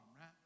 right